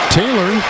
taylor